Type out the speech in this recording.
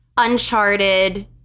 Uncharted